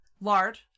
lard